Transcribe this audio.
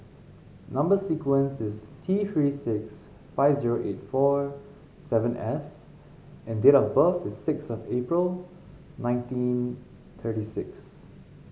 number sequence is T Three six five zero eight four seven F and date of birth is sixth of April nineteen thirty six